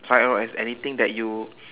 find out as anything that you